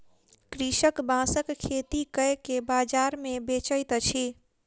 कृषक बांसक खेती कय के बाजार मे बेचैत अछि